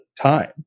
time